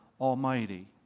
Almighty